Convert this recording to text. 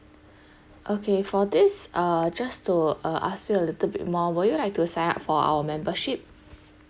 okay for this uh just to uh ask you a little bit more would you like to sign up for our membership